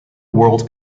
world